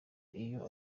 iyo